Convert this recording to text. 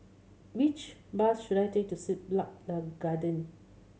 which bus should I take to Siglap Garden